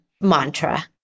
mantra